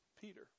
Peter